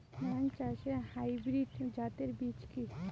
ধান চাষের হাইব্রিড জাতের বীজ কি?